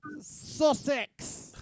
Sussex